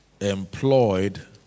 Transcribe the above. employed